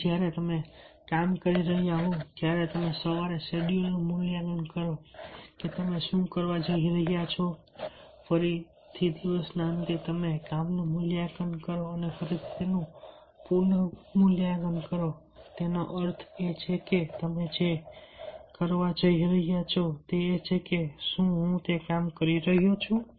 અને જ્યારે તમે કામ કરી રહ્યા હો ત્યારે તમે સવારે શેડ્યૂલનું મૂલ્યાંકન કરો કે તમે શું કરવા જઈ રહ્યા છો ફરીથી દિવસના અંતે તમે મૂલ્યાંકન અને ફરીથી તેનું પુનઃમૂલ્યાંકન કરો છો તેનો અર્થ એ છે કે તમે જે કરવા જઈ રહ્યા છો તે એ છે કેશું હું તે કામ કરી રહ્યો છું